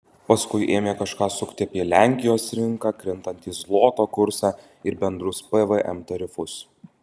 paskui ėmė kažką sukti apie lenkijos rinką krintantį zloto kursą ir bendrus pvm tarifus